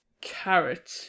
Carrot